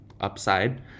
upside